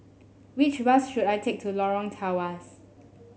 which bus should I take to Lorong Tawas